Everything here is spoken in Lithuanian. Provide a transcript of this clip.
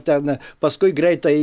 ten paskui greitai